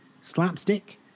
slapstick